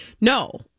No